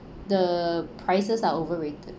the prices are overrated